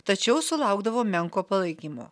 tačiau sulaukdavo menko palaikymo